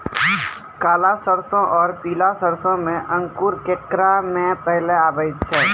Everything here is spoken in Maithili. काला सरसो और पीला सरसो मे अंकुर केकरा मे पहले आबै छै?